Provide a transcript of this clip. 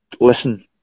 listen